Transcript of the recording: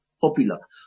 popular